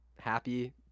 Happy